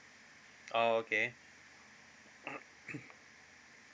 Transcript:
oh okay